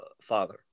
father